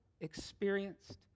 experienced